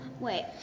Wait